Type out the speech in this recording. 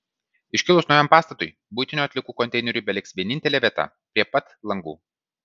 iškilus naujam pastatui buitinių atliekų konteineriui beliks vienintelė vieta prie pat langų